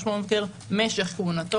משך כהונתו.